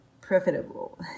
profitable